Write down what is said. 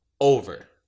over